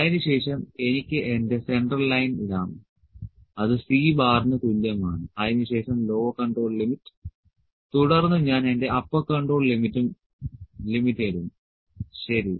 അതിനുശേഷം എനിക്ക് എന്റെ സെൻട്രൽ ലൈൻ ഇടാം അത് Cന് തുല്യമാണ് അതിനുശേഷം ലോവർ കൺട്രോൾ ലിമിറ്റ് തുടർന്ന് ഞാൻ എന്റെ അപ്പർ കൺട്രോൾ ലിമിറ്റ് ഇടും ശരി